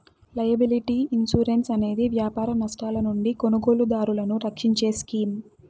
liability insurance అనేది వ్యాపార నష్టాల నుండి కొనుగోలుదారులను రక్షించే స్కీమ్